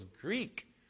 Greek